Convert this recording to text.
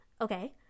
Okay